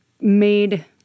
made